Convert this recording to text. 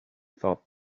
thought